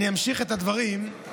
אני אמשיך את הדברים.